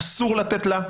אסור לתת לה,